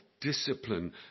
discipline